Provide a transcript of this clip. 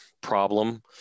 problem